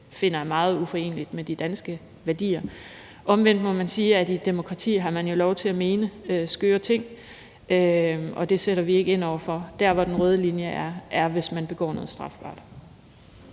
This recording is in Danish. finder er meget uforenelige med de danske værdier. Omvendt må vi jo sige, at man i et demokrati har lov til at mene skøre ting, og det sætter vi ikke ind over for. Der, hvor den røde linje er, er, hvis man begår noget strafbart.